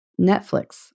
Netflix